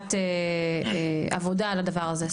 ישיבת עבודה על הדבר הזה,